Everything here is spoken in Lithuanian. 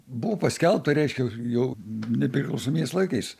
buvo paskelbta reiškia jau jau nepriklausomybės laikais